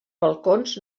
balcons